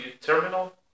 Terminal